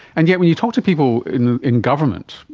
and yet when you talk to people in government,